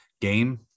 game